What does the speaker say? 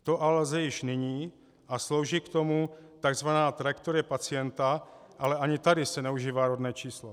To ale lze již nyní a slouží k tomu tzv. trajektorie pacienta, ale ani tady se neužívá rodné číslo.